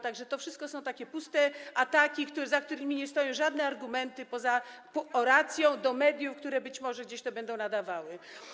Tak że to wszystko są puste ataki, za którymi nie stoją żadne argumenty poza oracją do mediów, które być może gdzieś to będą nadawały.